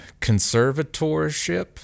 conservatorship